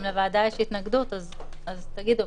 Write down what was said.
אם לוועדה יש התנגדות, אז תגידו.